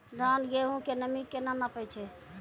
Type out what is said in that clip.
धान, गेहूँ के नमी केना नापै छै?